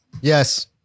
Yes